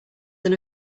than